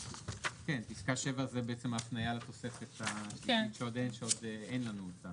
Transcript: פסקה 7 זה ההפניה לתוספת שעוד אין לנו אותה.